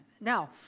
Now